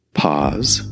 pause